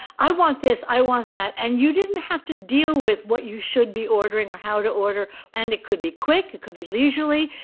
i want this. i want that. and you didn't have to deal with what you should be ordering or how to order. and it could be quick. it could be leisurely.